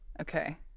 Okay